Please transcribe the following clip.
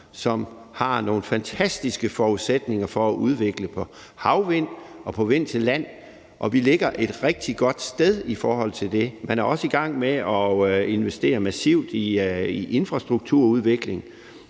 som har nogle fantastiske forudsætninger for at udvikle i forhold til havvind og vind på land, og vi ligger et rigtig godt sted i forhold til det. Man er også i gang med at investere massivt i infrastrukturudvikling.